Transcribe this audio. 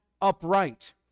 upright